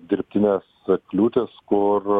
dirbtinės kliūtys kur